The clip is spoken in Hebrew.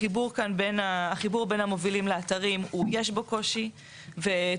החיבור כאן בין המובילים לאתרים יש בו קושי וצריך